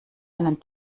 einen